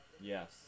Yes